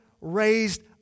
raised